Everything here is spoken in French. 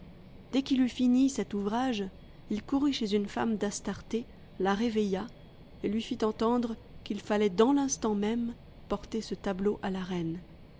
dès qu'il eut fini cet ouvrage il courut chez une femme d'astarté la réveilla et lui fit entendre qu'il fallait dans l'instant même porter ce tableau à la reine